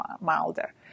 milder